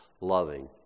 loving